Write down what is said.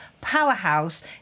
powerhouse